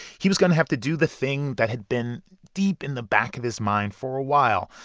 he was going to have to do the thing that had been deep in the back of his mind for a while,